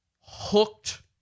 hooked